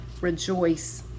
rejoice